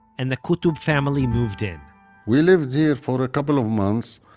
and the qutob family moved in we lived here for a couple of months,